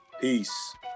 Peace